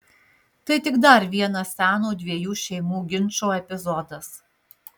tai tik dar vienas seno dviejų šeimų ginčo epizodas